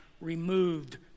removed